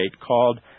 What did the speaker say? called